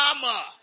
mama